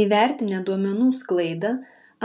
įvertinę duomenų sklaidą